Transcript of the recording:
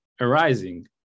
arising